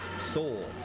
soul